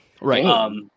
Right